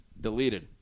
Deleted